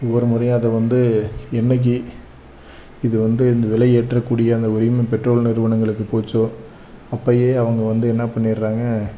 ஒவ்வொரு முறையும் அதை வந்து என்னைக்கு இது வந்து இந்த விலை ஏற்ற கூடிய அந்த உரிமம் பெட்ரோல் நிறுவனங்களுக்கு போச்சோ அப்பையே அவங்க வந்து என்ன பண்ணிடுறாங்க